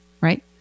right